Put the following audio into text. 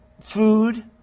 food